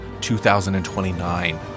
2029